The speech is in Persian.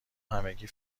همگی